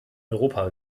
europa